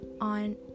on